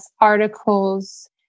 articles